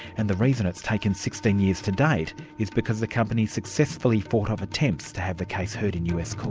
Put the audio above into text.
and the reason it's taken sixteen years to date is because the company successfully fought off attempts to have the case heard in us